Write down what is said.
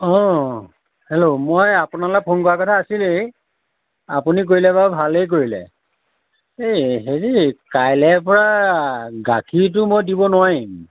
অঁ হেল্ল' মই আপোনালৈ ফোন কৰা কথা আছিলেই আপুনি কৰিলে বাৰু ভালেই কৰিলে এই হেৰি কাইলৈৰপৰা গাখীৰটো মই দিব নোৱাৰিম